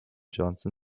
johnson